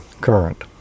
current